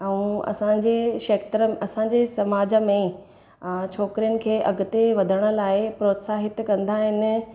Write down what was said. ऐं असांजे क्षेत्र असांजे समाज में अ छोकिरीनि खे अॻिते वधण लाइ प्रोत्साहित कंदा आहिनि